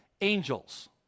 angels